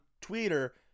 Twitter